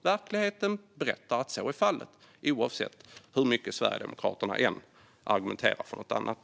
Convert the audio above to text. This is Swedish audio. Verkligheten berättar att så är fallet, oavsett hur mycket Sverigedemokraterna argumenterar för något annat.